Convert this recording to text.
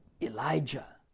Elijah